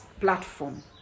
platform